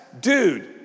dude